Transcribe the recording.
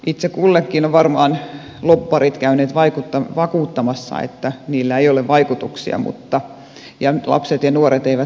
itse kullekin ovat varmaan lobbarit käyneet vakuuttamassa että mainoksilla ei ole vaikutuksia ja nyt lapset ja nuoret eivät niitä näe